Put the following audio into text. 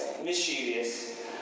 Mischievous